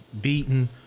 beaten